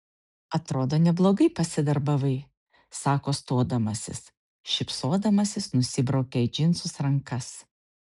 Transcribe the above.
atrodo neblogai pasidarbavai sako stodamasis šypsodamasis nusibraukia į džinsus rankas